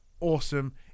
awesome